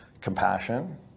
compassion